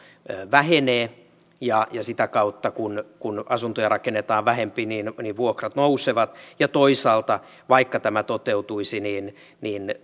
vähenee ja sitä kautta kun kun asuntoja rakennetaan vähempi vuokrat nousevat toisaalta vaikka tämä toteutuisi